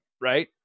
Right